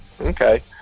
Okay